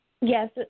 Yes